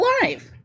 alive